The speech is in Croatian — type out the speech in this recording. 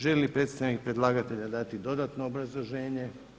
Želi li predstavnik predlagatelja dato dodatno obrazloženje?